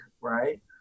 right